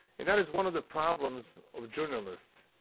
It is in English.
and that is one of the problems of journalists.